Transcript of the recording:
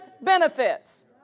benefits